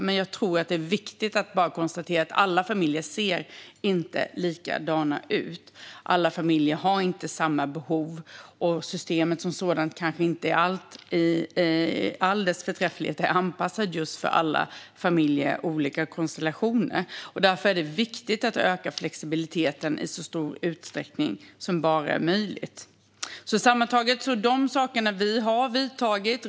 Men jag tror att det är viktigt att konstatera att alla familjer inte ser likadana ut. Alla familjer har inte samma behov, och systemet som sådant i all dess förträfflighet kanske inte är anpassat just för alla olika familjekonstellationer. Därför är det viktigt att öka flexibiliteten i så stor utsträckning som det bara är möjligt. Sammantaget är det sådant vi har vidtagit.